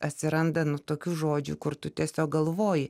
atsiranda nu tokių žodžių kur tu tiesiog galvoji